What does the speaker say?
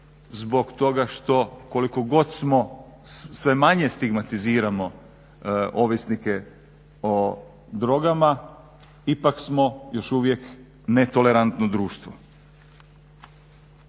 zbog toga što koliko god smo, sve manje stigmatiziramo ovisnike o drogama, ipak smo još uvijek netolerantno društvo.